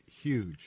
huge